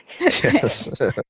Yes